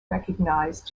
recognised